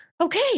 okay